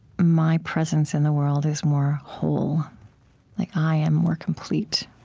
my presence in the world is more whole like i am more complete